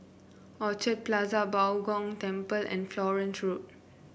Orchid Plaza Bao Gong Temple and Florence Road